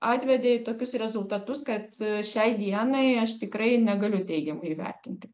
atvedė į tokius rezultatus kad šiai dienai aš tikrai negaliu teigiamai įvertinti